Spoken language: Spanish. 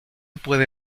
puede